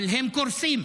אבל הם קורסים,